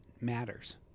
matters